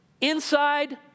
Inside